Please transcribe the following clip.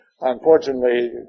unfortunately